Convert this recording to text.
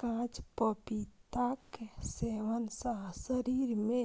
कांच पपीताक सेवन सं शरीर मे